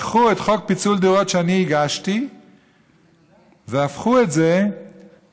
לקחו את חוק פיצול דירות שהגשתי והפכו את זה לתקנה